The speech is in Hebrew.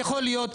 יכול להיות,